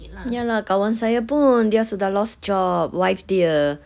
ya lah kawan saya pun dia sudah lost job wife dia